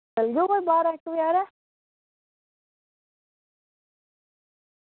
जाना कोई बारां इक्क बजे हारे